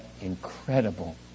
incredible